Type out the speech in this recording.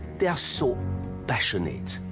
they're so passionate,